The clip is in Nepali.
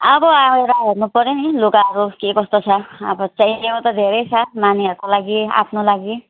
अब आएर हेर्नुपर्यो नि लुगाहरू के कस्तो छ अब चाहिएको त धेरै छ नानीहरूको लागि आफ्नो लागि